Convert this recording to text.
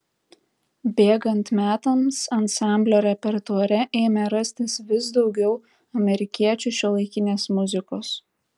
bėgant metams ansamblio repertuare ėmė rastis vis daugiau amerikiečių šiuolaikinės muzikos